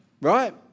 Right